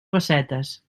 pessetes